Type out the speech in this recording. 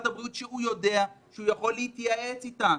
הבריאות שהוא יודע שהוא יכול להתייעץ אתה,